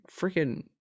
freaking